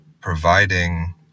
providing